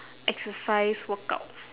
exercise workout